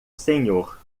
senhor